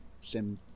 Sim